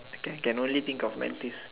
I can can only think of Mantis